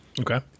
okay